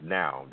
now